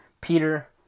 Peter